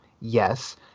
yes